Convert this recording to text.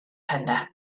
pennau